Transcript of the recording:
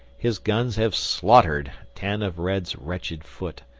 his guns have slaughtered ten of red's wretched foot,